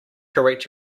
correct